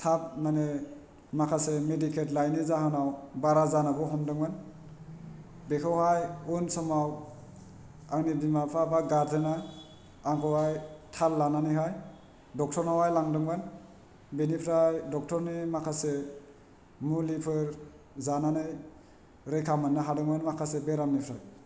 थाब माने माखासे मिडिकेट लायैनि जाहोनाव बारा जानोबो हमदोंमोन बेखौहाय उन समाव आंनि बिमा बिफा बा गार्डजेना आंखौहाय थाल लानानैहाय डाक्टारनावहाय लांदोंमोन बेनिफ्राय डाक्टारनि माखासे मुलिफोर जानानै रैखा मोननो हादोंमोन माखासे बेरामनिफ्राय